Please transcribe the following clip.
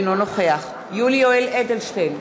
אינו נוכח יולי יואל אדלשטיין,